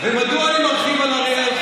ומדוע אני מרחיב על אריאל,